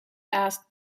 asked